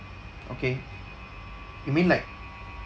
okay you mean like